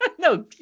No